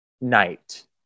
night